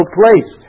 place